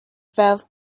felt